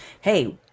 hey